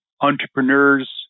entrepreneurs